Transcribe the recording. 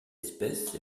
espèce